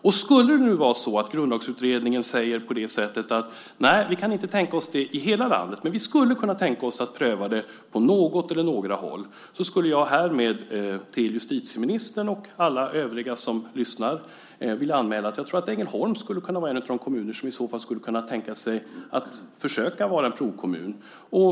Om det skulle vara så att Grundlagsutredningen säger att man inte kan tänka sig det i hela landet men skulle kunna tänka sig att pröva det på något eller några håll vill jag härmed till justitieministern och alla övriga som lyssnar anmäla att jag tror att Ängelholm skulle kunna vara en av de kommuner som i så fall skulle kunna tänka sig att försöka vara en provkommun.